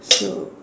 so